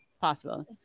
Possible